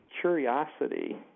curiosity